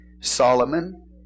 Solomon